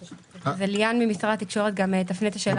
אליאנה ממשרד התקשורת גם תפנה את השאלה.